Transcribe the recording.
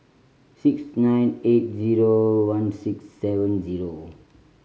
six nine eight zero one six seven zero